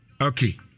Okay